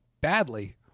badly